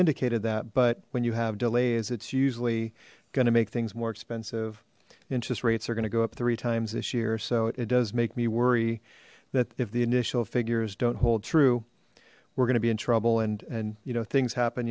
indicated that but when you have delays it's usually going to make things more expensive interest rates are going to go up three times this year so it does make me worry that if the initial figures don't hold true we're going to be in trouble and and you know things happen